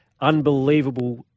unbelievable